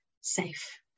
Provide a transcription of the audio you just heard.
safe